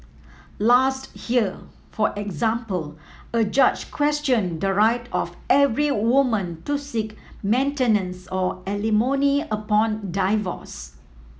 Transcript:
last year for example a judge questioned the right of every woman to seek maintenance or alimony upon divorce